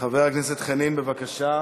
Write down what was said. חבר הכנסת חנין, בבקשה.